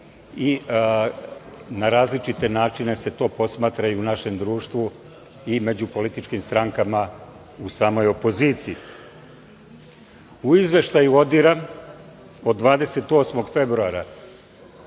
i na različite načine se to posmatra i u našem društvu i među političkim strankama u samoj opoziciji.U Izveštaju ODIHR-a od 28. februara